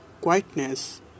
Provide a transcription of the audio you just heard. quietness